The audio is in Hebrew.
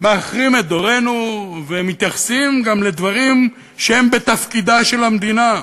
מאחרים את דורנו ומתייחסים גם לדברים שהם בתפקידה של המדינה,